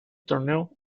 torneo